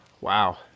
Wow